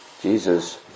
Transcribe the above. Jesus